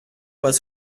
was